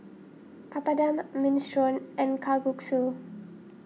Papadum Minestrone and Kalguksu